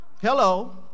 Hello